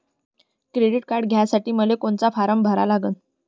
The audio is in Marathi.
क्रेडिट कार्ड घ्यासाठी मले कोनचा फारम भरा लागन?